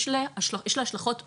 יש לה השלכות רבות,